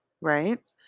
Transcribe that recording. right